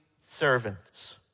servants